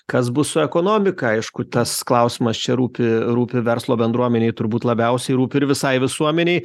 kas bus su ekonomika aišku tas klausimas čia rūpi rūpi verslo bendruomenei turbūt labiausiai rūpi ir visai visuomenei